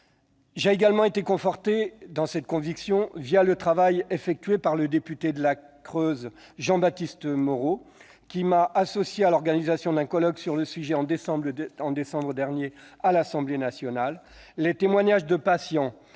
J'ai également été conforté dans ma conviction par le travail du député de la Creuse, Jean-Baptiste Moreau, qui m'a associé à l'organisation d'un colloque sur le sujet en décembre dernier à l'Assemblée nationale. Les témoignages des patients